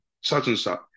such-and-such